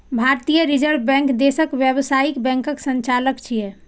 भारतीय reserve bank देशक व्यावसायिक बैंकक संचालक छियै